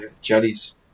jellies